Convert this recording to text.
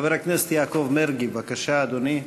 חבר הכנסת יעקב מרגי, בבקשה, אדוני.